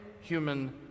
human